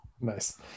Nice